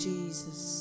Jesus